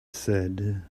said